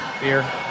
Beer